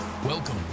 welcome